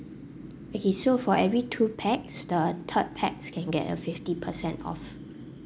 okay so for every two pax the third pax can get a fifty percent off